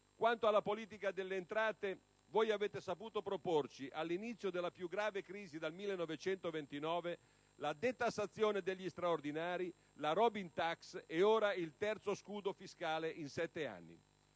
Quanto alla politica delle entrate, voi avete saputo proporci, all'inizio della più grave crisi dal 1929, la detassazione degli straordinari, la *Robin tax* ed ora il terzo scudo fiscale in sette anni.